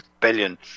billion